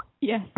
yes